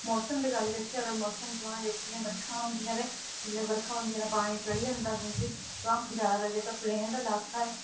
मौसम दी गल्ल् करचै अगर मौसम तोआंह् जेह्कियां बरखां होंदियां जेल्लै बर्खां होंदियां पानी चढ़ी जंदा तोआंह् जैदा पलेन लाका ऐ